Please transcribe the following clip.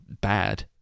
bad